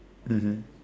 mmhmm